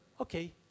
okay